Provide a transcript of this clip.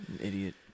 idiot